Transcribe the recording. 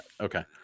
Okay